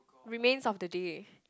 Remains-of-the-Day